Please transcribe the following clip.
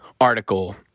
article